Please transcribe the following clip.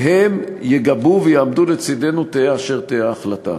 והם יגבו, ויעמדו לצדנו, תהא אשר תהא ההחלטה.